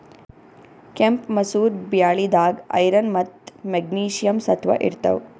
ಕೆಂಪ್ ಮಸೂರ್ ಬ್ಯಾಳಿದಾಗ್ ಐರನ್ ಮತ್ತ್ ಮೆಗ್ನೀಷಿಯಂ ಸತ್ವ ಇರ್ತವ್